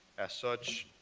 as such,